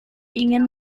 ingin